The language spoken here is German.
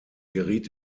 geriet